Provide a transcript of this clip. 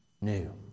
new